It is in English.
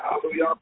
Hallelujah